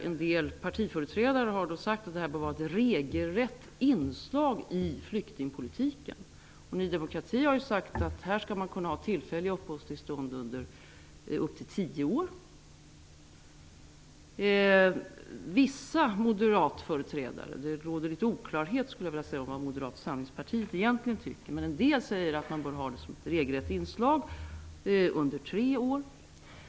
En del partiföreträdare har sagt att tillfälliga uppehållstillstånd bör vara ett regelrätt inslag i flyktingpolitiken. Ny demokrati har sagt att man skall kunna bevilja tillfälliga uppehållstillstånd under en tid uppemot tio år. Vissa moderatföreträdare -- det råder litet oklarhet om vad Moderata samlingspartiet egentligen tycker -- anser att man bör ha det som ett regelrätt inslag under tre år.